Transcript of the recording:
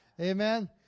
Amen